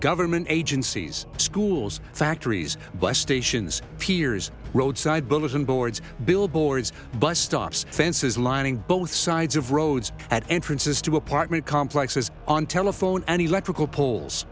government agencies schools factories bus stations piers roadside bulletin boards billboards bus stops fences lining both sides of roads at entrances to apartment complexes on telephone and electrical pol